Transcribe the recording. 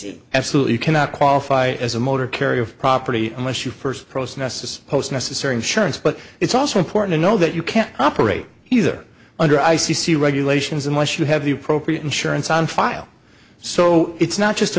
c absolutely you cannot qualify as a motor carrier of property unless you first process the post necessary insurance but it's also important to know that you can't operate either under i c c regulations unless you have the appropriate insurance on file so it's not just a